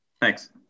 Thanks